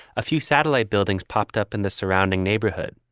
a few satellite buildings popped up in the surrounding neighborhood.